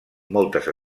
moltes